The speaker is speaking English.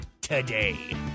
today